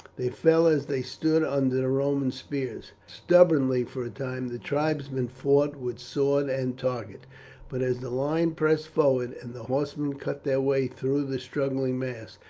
they fell as they stood under the roman spears. stubbornly for a time the tribesmen fought with sword and target but as the line pressed forward, and the horsemen cut their way through the struggling mass,